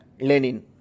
Lenin